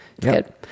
Good